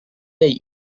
they